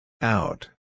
Out